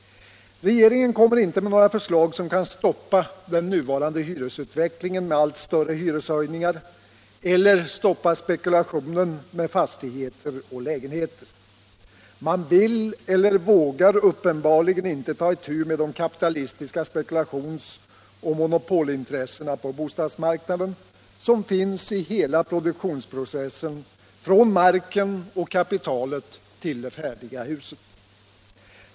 Regeringen kommer inte med några förslag som kan stoppa den nuvarande hyresutvecklingen med allt större hyreshöjningar eller stoppa spekulationen med fastigheter och lägenheter. Man vill eller vågar uppenbarligen inte ta itu med de kapitalistiska spekulationsoch monopolintressena på bostadsmarknaden, som finns i hela produktionsprocessen, från marken och kapitalet till det färdiga huset.